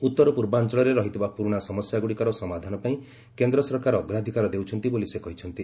ଉତ୍ତର ପୂର୍ବାଞ୍ଚଳରେ ରହିଥିବା ପୁର୍ରଣା ସମସ୍ୟାଗ୍ରଡ଼ିକର ସମାଧାନ ପାଇଁ କେନ୍ଦ୍ର ସରକାର ଅଗ୍ରାଧିକାର ଦେଉଛନ୍ତି ବୋଲି ସେ କହିଛନ୍ତି